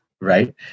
right